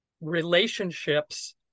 relationships